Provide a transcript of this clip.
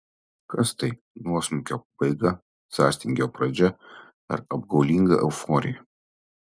kas tai nuosmukio pabaiga sąstingio pradžia ar apgaulinga euforija